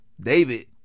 David